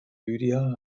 lydia